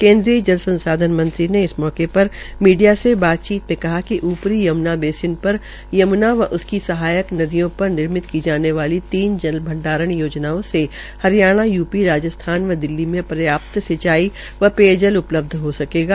केन्द्रीय जलसंसाधन मंत्रीने इस अवसर पर मीडिया से बातचीत में कहा कि ऊपरी यम्ना बेसिल पर यम्ना व उसकी सहायक नदियों पर निर्मित की जाने वाली तीन जल संरक्षण योजनाओ से हरियाणा यूपी राजस्थान व दिल्ली में पर्याप्त सिंचाई व पेयजल उपल्ब्ध हो सकेगा